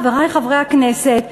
חברי חברי הכנסת,